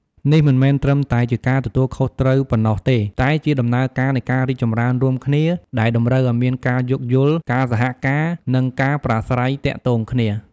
នេះមិនមែនត្រឹមតែជាការទទួលខុសត្រូវប៉ុណ្ណោះទេ តែជាដំណើរការនៃការរីកចម្រើនរួមគ្នា ដែលតម្រូវឱ្យមានការយោគយល់ ការសហការ និងការប្រាស្រ័យទាក់ទងល្អ។